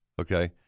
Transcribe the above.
Okay